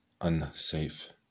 unsafe